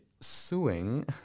suing